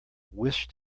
wish